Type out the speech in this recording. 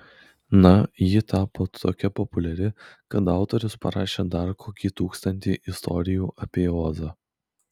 na ji tapo tokia populiari kad autorius parašė dar kokį tūkstantį istorijų apie ozą